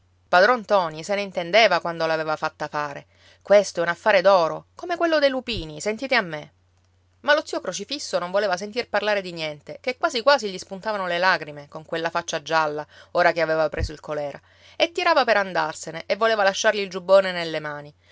padron ntoni se ne intendeva quando l'aveva fatta fare questo è un affare d'oro come quello dei lupini sentite a me ma lo zio crocifisso non voleva sentir parlare di niente che quasi quasi gli spuntavano le lagrime con quella faccia gialla ora che aveva preso il colèra e tirava per andarsene e voleva lasciargli il giubbone nelle mani